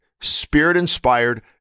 spirit-inspired